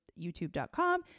youtube.com